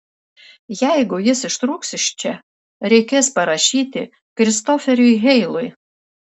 jeigu jis ištrūks iš čia reikės parašyti kristoferiui heilui